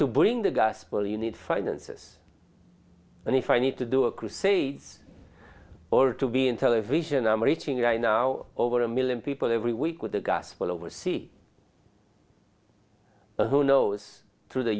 to bring the gospel you need finances and if i need to do a crusades or to be in television i'm reaching i now over a million people every week with the gospel over see who knows